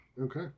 Okay